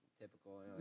typical